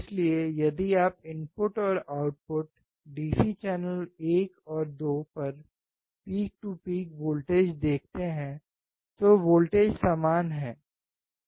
इसलिए यदि आप इनपुट और आउटपुट DC चैनल 1 और 2 पर पीक टू पीक वोल्टेज देखते हैं तो वोल्टेज समान है